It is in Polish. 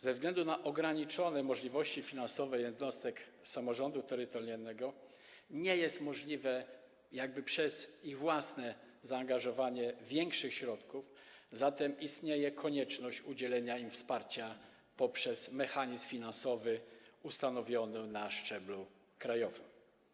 Ze względu na ograniczone możliwości finansowe jednostek samorządu terytorialnego nie jest możliwe zaangażowanie przez nie większych środków własnych, zatem istnieje konieczność udzielenia im wsparcia poprzez mechanizm finansowy ustanowiony na szczeblu krajowym.